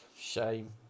Shame